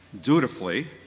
dutifully